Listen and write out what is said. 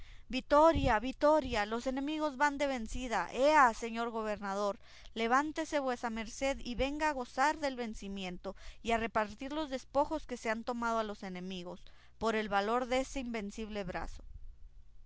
vitoria vitoria los enemigos van de vencida ea señor gobernador levántese vuesa merced y venga a gozar del vencimiento y a repartir los despojos que se han tomado a los enemigos por el valor dese invencible brazo